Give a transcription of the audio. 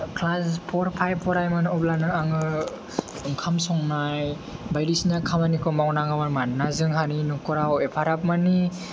class for five फरायोमोन अब्लानो आङो ओंखाम संनाय बायदिसिना खामानिखौ मावनाङोमोन मानोना जोंहानि नखराव एफाराब माने